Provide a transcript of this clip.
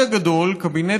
מוותר.